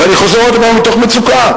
ואני חוזר שוב, מתוך מצוקה.